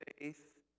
faith